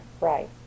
Right